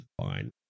fine